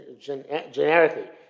generically